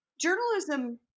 journalism